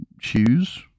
shoes